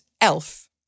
Elf